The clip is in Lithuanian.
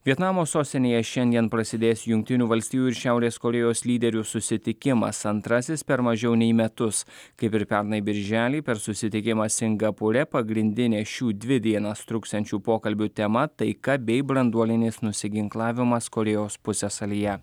vietnamo sostinėje šiandien prasidės jungtinių valstijų ir šiaurės korėjos lyderių susitikimas antrasis per mažiau nei metus kaip ir pernai birželį per susitikimą singapūre pagrindinė šių dvi dienas truksiančių pokalbių tema taika bei branduolinis nusiginklavimas korėjos pusiasalyje